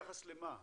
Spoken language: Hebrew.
גבוה ביחס למה?